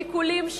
השיקולים שלו,